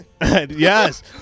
Yes